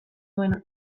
duena